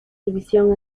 división